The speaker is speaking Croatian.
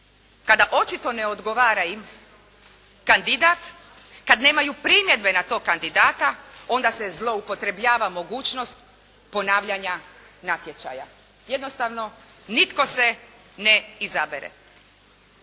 kada očito im ne odgovara kandidat, kada nemaju primjedbi na tog kandidata onda se zloupotrebljava mogućnost ponavljanja natječaja. Jednostavno nitko se ne izabere.